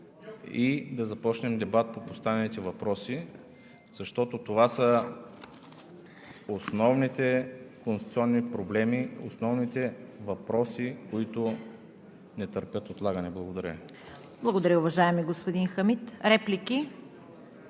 и да започнем дебат по поставените въпроси, защото това са основните конституционни проблеми, основните въпроси, които не търпят отлагане. Благодаря Ви. ПРЕДСЕДАТЕЛ ЦВЕТА КАРАЯНЧЕВА: Благодаря, уважаеми господин Хамид. Реплики?